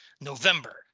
November